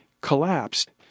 collapsed